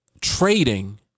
trading